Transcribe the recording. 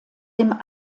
dem